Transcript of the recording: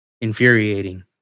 infuriating